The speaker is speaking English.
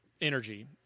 energy